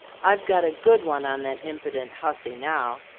i've got a good one on that impident huzzy now!